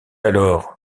alors